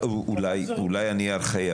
אולי אני ארכאי,